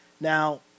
now